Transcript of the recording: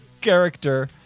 character